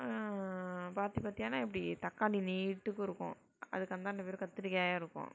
பாத்தி பாத்தியானா எப்படி தக்காளி நீட்டுக்கு இருக்கும் அதுக்கு அந்தாண்டை வெறும் கத்தரிக்காயாக இருக்கும்